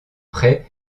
près